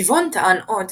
גיבון טען עוד